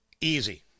easy